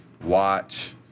watch